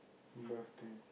birthday